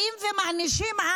באים ומענישים,